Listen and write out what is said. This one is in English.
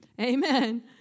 Amen